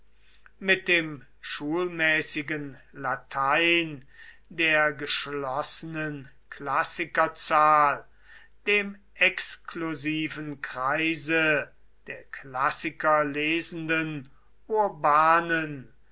mit dem schulmäßigen latein der geschlossenen klassikerzahl dem exklusiven kreise der klassikerlesenden urbanen